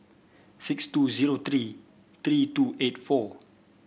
six two zero three three two eight four